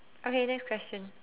okay next question